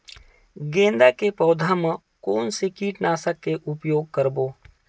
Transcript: गेंदा के पौधा म कोन से कीटनाशक के उपयोग करबो?